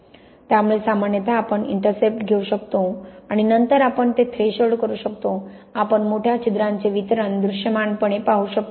त्यामुळे सामान्यतः आपण इंटरसेप्ट घेऊ शकतो आणि नंतर आपण ते थ्रेशोल्ड करू शकतो आणि मोठ्या छिद्रांचे वितरण दृश्यमानपणे पाहू शकतो